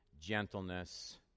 gentleness